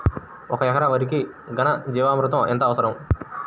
ఒక ఎకరా వరికి ఘన జీవామృతం ఎంత అవసరం?